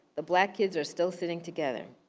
the black kids are still sitting together.